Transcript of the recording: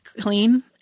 clean